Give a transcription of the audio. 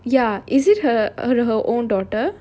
ya is it her err her own daughter